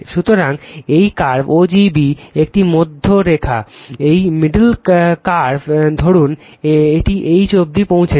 সুতরাং এটি curve ogb এটি মধ্যরেখা এই মিডল কার্ভ ogb ধরুন এটি H অবধি পৌঁছেছে